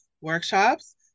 workshops